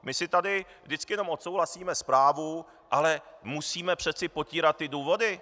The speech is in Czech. My si tady vždycky jenom odsouhlasíme zprávu, ale musíme přece potírat důvody.